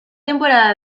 temporada